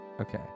okay